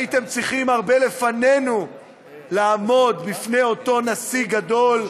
הייתם צריכים הרבה לפנינו לעמוד בפני אותו נשיא גדול,